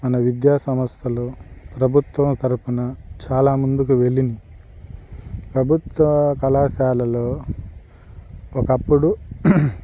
మన విద్యా సంస్థలు ప్రభుత్వం తరపున చాలా ముందుకు వెళ్ళాయి ప్రభుత్వ కళాశాలలో ఒకప్పుడు